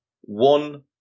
One